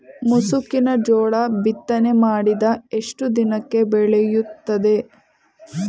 ಮುಸುಕಿನ ಜೋಳ ಬಿತ್ತನೆ ಮಾಡಿದ ಎಷ್ಟು ದಿನಕ್ಕೆ ಬೆಳೆಯುತ್ತದೆ?